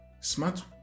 Smart